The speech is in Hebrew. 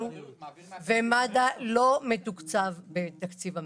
ומד"א לא מתוקצב בתקציב המדינה.